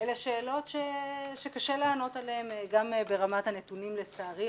אלה שאלות שקשה לענות עליהם גם ברמת הנתונים לצערי,